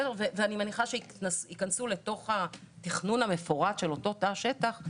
ואני מניחה שכשייכנסו לתוך התכנון המפורט של אותו תא שטח,